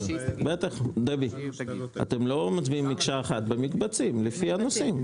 דבי אתם לא מצביעים מקשה אחת במקצבים ברור,